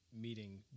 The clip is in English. meeting